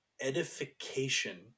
edification